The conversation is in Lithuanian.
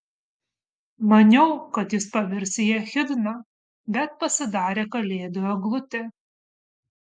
maniau kad jis pavirs į echidną bet pasidarė kalėdų eglutė